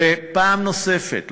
ופעם נוספת,